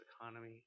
economy